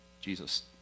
Jesus